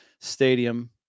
stadium